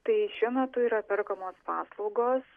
tai šiuo metu yra perkamos paslaugos